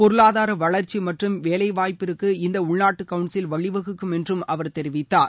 பொருளாதார வளர்ச்சி மற்றும் வேலைவாய்ப்பிற்கு இந்த உள்நாட்டு கவுன்சில் வழிவகுக்கும் என்று அவர் தெரிவித்தார்